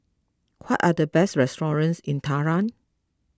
what are the best restaurants in Tehran